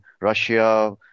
Russia